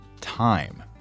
time